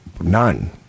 None